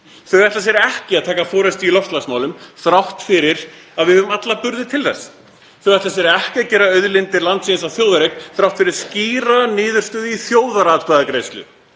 Þau ætla sér ekki að taka forystu í loftslagsmálum þrátt fyrir að við höfum alla burði til þess. Þau ætla sér ekki að gera auðlindir landsins að þjóðareign þrátt fyrir skýra niðurstöðu í þjóðaratkvæðagreiðslu.